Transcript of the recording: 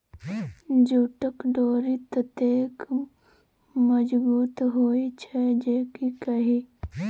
जूटक डोरि ततेक मजगुत होए छै जे की कही